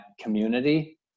community